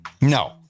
No